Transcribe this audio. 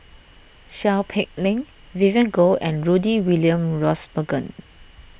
Seow Peck Leng Vivien Goh and Rudy William Mosbergen